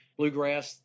bluegrass